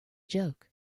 joke